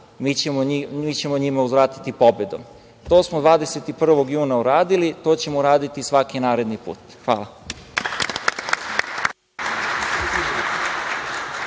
mi ćemo njima uzvratiti pobedom". To smo 21. juna uradili, to ćemo raditi svaki naredni put. Hvala.